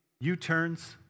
U-turns